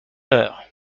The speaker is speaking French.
heure